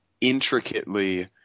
intricately